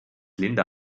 linda